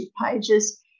pages